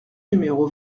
numéro